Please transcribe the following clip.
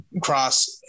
cross